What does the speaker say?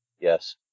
Yes